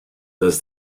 does